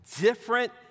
different